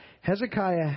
Hezekiah